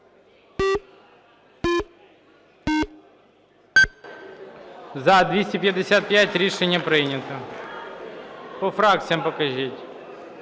За-255 Рішення прийнято. По фракціях покажіть.